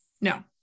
No